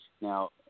Now